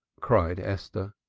cried esther,